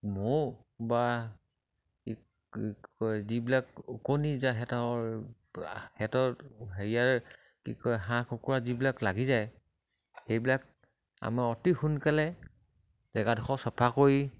মৌ বা কি কয় যিবিলাক ওকণি যাত সেহেঁতৰ সেহেঁতৰ হেৰিয়াৰ কি কয় হাঁহ কুকুৰা যিবিলাক লাগি যায় সেইবিলাক আমাৰ অতি সোনকালে জেগাডোখৰ চাফা কৰি